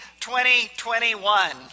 2021